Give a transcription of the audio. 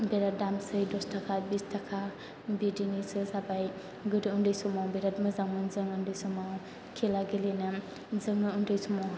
बिराद दामसै दस थाखा बिस थाखा बिदिनिसो जाबाय गोदो उन्दै समाव बिराद मोजांमोन जों उन्दै समाव खेला गेलेनो जों उन्दै समाव